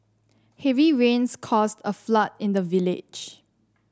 heavy rains caused a flood in the village